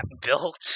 built